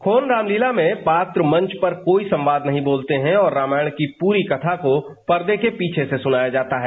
खोन रामलीला में पात्र मंच पर कोई संवाद नहीं बोलते हैं और रामायण की पूरी कथा को परदे के पीछ से सुनाया जाता है